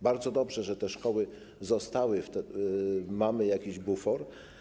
Bardzo dobrze, że te szkoły zostały i mamy jakiś bufor.